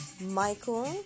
Michael